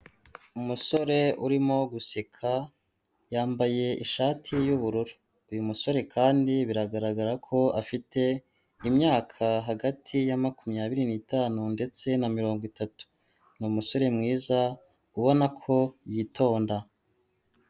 Umusore urimo guseka, yambaye ishati y'ubururu, uyu musore kandi biragaragara ko afite imyaka hagati ya makumyabiri n'itanu ndetse na mirongo itatu. Ni umusore mwiza ubona ko yitonda.